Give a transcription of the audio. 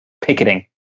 picketing